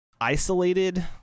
isolated